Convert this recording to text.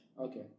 Okay